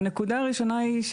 הרמה הראשונה היא,